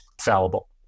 fallible